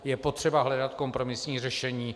Je potřeba hledat kompromisní řešení.